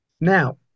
Now